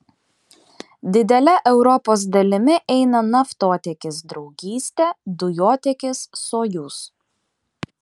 didele europos dalimi eina naftotiekis draugystė dujotiekis sojuz